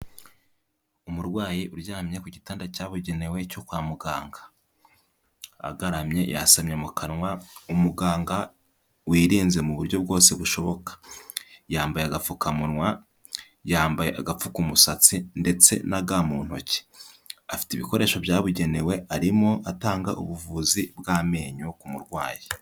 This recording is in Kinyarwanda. Umurwayi uryamye ku gitanda cyabugenewe cyo kwa muganga, agaramye yasamye mu kanwa, umuganga wirinze mu buryo bwose bushoboka. Yambaye agapfukamunwa, yambaye agapfukamusatsi ndetse na ga mu ntoki. Afite ibikoresho byabugenewe arimo atanga ubuvuzi bw'amenyo ku murwayi.